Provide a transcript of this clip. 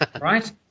right